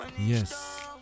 Yes